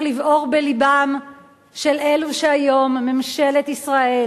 תמשיך לבעור בלבם של אלה שהיום ממשלת ישראל,